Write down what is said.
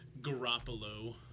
Garoppolo